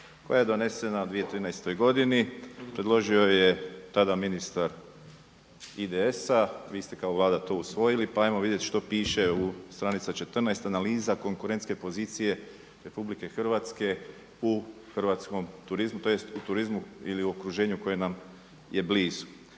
koja je donesena u 2013. godini, predložio ju je tada ministar IDS-a vi ste kao vlada to usvojili pa ajmo vidjeti što piše u stranica 14. Analiza konkurentske pozicije RH u hrvatskom turizmu tj. u turizmu ili okruženju koje nam je blizu.